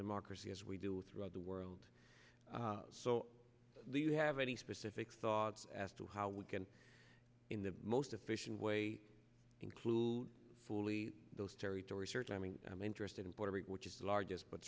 democracy as we do throughout the world so you have any specific thoughts as to how we can in the most efficient way include fully those territories certain i mean i'm interested in puerto rico which is the largest but